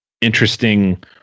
interesting